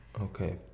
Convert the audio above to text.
Okay